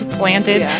planted